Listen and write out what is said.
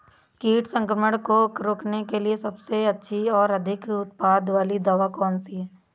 कीट संक्रमण को रोकने के लिए सबसे अच्छी और अधिक उत्पाद वाली दवा कौन सी है?